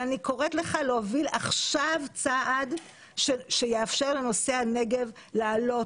ואני קוראת לך להוביל עכשיו צעד שיאפשר לנושא הנגב לעלות.